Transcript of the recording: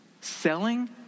selling